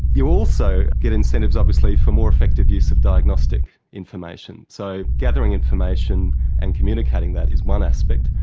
you also get incentives obviously for more effective use of diagnostic information. so gathering information and communicating that is one aspect,